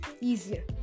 easier